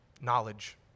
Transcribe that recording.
Knowledge